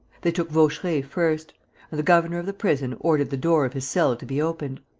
they took vaucheray first and the governor of the prison ordered the door of his cell to be opened.